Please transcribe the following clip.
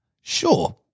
Sure